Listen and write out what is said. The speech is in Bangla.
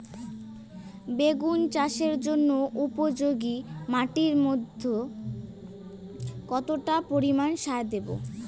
বেগুন চাষের জন্য উপযোগী মাটির মধ্যে কতটা পরিমান সার দেব?